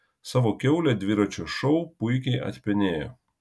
savo kiaulę dviračio šou puikiai atpenėjo